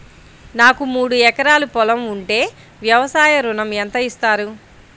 నాకు మూడు ఎకరాలు పొలం ఉంటే వ్యవసాయ ఋణం ఎంత ఇస్తారు?